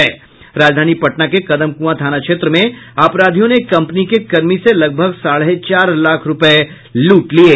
राजधानी पटना के कमदकुआं थाना क्षेत्र में अपराधियों ने एक कम्पनी के कर्मी से लगभग साढ़े चार लाख रूपये लूट लिये